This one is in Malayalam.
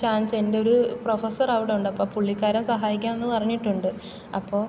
ചാൻസ് എൻറ്റൊരു പ്രൊഫസർ അവിടെ ഉണ്ട് അപ്പോൾ പുള്ളിക്കാരൻ സഹായിക്കാമെന്ന് പറഞ്ഞിട്ടുണ്ട് അപ്പോൾ